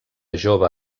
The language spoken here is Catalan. jove